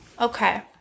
Okay